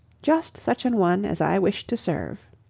just such an one as i wished to serve.